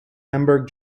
hamburg